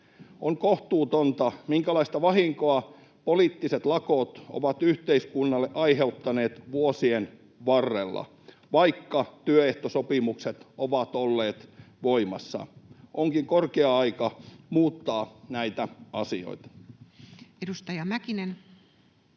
On kohtuutonta, minkälaista vahinkoa poliittiset lakot ovat yhteiskunnalle aiheuttaneet vuosien varrella, vaikka työehtosopimukset ovat olleet voimassa. Onkin korkea aika muuttaa näitä asioita. [Speech